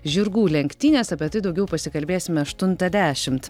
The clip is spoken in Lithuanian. žirgų lenktynės apie tai daugiau pasikalbėsime aštuntą dešimt